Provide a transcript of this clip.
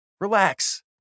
Relax